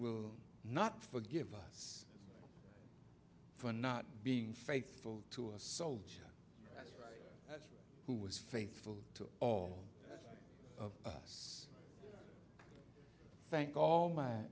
will not forgive us for not being faithful to a soldier who was faithful to all of us thank